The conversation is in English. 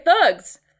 thugs